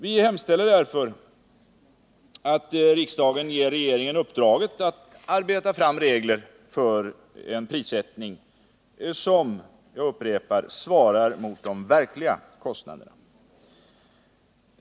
Vi hemställer därför att riksdagen ger regeringen uppdraget att arbeta fram regler för en prissättning som — jag upprepar det — svarar mot de verkliga kostnaderna.